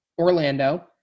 Orlando